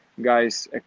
guys